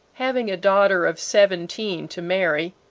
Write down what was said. having a daughter of seventeen to marry,